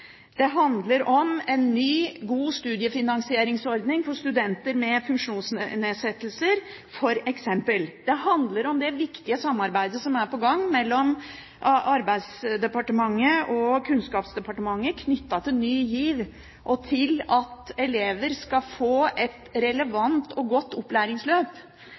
Det handler f.eks. om en ny, god studiefinansieringsordning for studenter med funksjonsnedsettelser. Det handler om det viktige samarbeidet som er på gang mellom Arbeidsdepartementet og Kunnskapsdepartementet knyttet til Ny GIV og til at elever skal få et relevant og godt opplæringsløp.